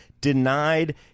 denied